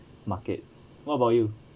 market what about you